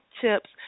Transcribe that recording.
tips